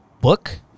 book